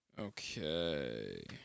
Okay